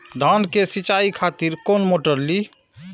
धान के सीचाई खातिर कोन मोटर ली?